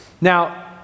Now